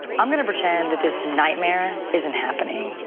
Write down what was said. i'm going to pretend that this nightmare isn't happening.